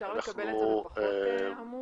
אפשר לקבל את זה פחות עמום?